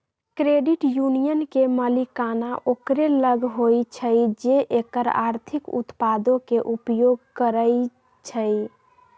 credit union के मलिकाना ओकरे लग होइ छइ जे एकर आर्थिक उत्पादों के उपयोग करइ छइ